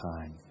time